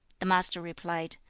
the master replied,